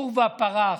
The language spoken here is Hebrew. עורבא פרח.